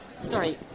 sorry